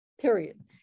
period